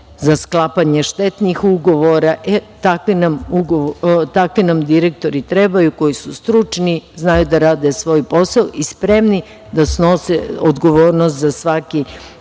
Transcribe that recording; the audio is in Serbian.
za sklapanje štetnih ugovora itd. Takvi nam direktori trebaju, koji su stručni, znaju da rade svoj posao i spremni da snose odgovornost za svaki